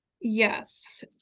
yes